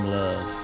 love